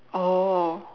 oh